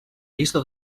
llista